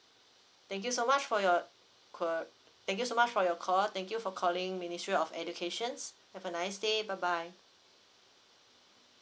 thank you so much for your call uh thank you so much for your call thank you for calling ministry of educations have a nice day bye bye